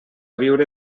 viure